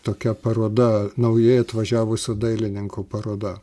tokia paroda naujai atvažiavusio dailininko paroda